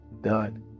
Done